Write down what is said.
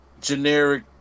generic